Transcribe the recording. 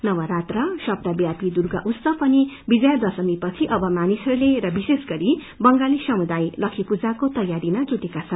नवरात्र सप्ताह ब्यापी दुर्गा उत्सव अनि विजया दशमीपछि अब मानिसहरूले र विशेष गरी बंगाली समुदाय लक्खी पूजाको तैयारीहरूमा जुटेका छन्